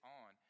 on